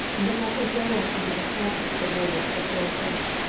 and that i shall go up into the house of the lord the third day?